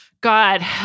God